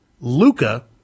Luca